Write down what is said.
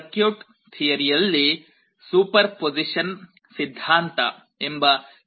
circuit ಥಿಯರಿಯಲ್ಲಿ ಸೂಪರ್ಪೊಸಿಷನ್ನ ಸಿದ್ಧಾಂತ ಎಂಬ ಪ್ರಸಿದ್ಧ ಪ್ರಮೇಯ ಇದೆ